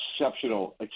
exceptional